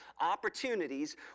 opportunities